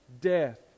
Death